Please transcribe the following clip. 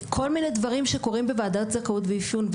כל מיני דברים שקורים בוועדת זכאות ואפיון,